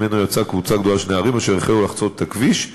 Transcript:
שיצאה ממנו קבוצה גדולה של נערים אשר החלו לחצות את הכביש,